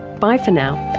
bye for now